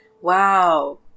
Wow